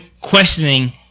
questioning